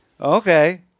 Okay